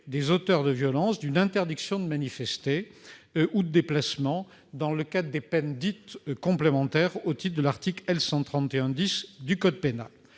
les auteurs de violences d'une interdiction de manifestation ou de déplacement dans le cadre des peines dites « complémentaires », au titre de l'article 131-10 du code pénal.